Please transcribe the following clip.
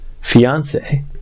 fiance